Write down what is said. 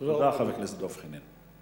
תודה, חבר הכנסת דב חנין.